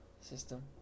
system